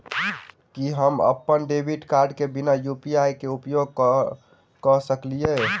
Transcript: की हम अप्पन debit card केँ बिना यु.पी.आई केँ उपयोग करऽ सकलिये?